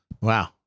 Wow